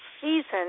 season